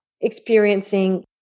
experiencing